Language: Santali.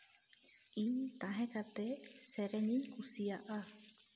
ᱤᱧ ᱛᱟᱦᱮᱸ ᱠᱟᱛᱮᱫ ᱥᱮᱨᱮᱧᱤᱧ ᱠᱩᱥᱤᱭᱟᱜᱼᱟ